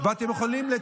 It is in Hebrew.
היא לא טובה.